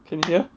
can you hear